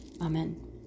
Amen